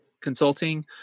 consulting